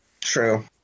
True